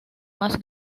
más